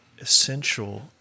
essential